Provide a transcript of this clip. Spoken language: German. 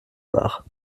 nach